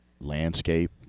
landscape